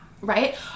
right